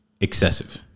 excessive